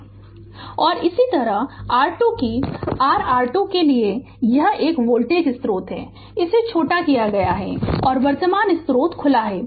Refer Slide Time 2313 और इसी तरह R2 कि r R2 के लिए कि यह एक वोल्टेज स्रोत यहां है इसे छोटा किया गया है और वर्तमान स्रोत खुला है